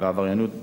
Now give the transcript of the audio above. ועבריינות הסמים.